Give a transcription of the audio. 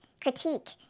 critique